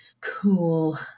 cool